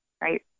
right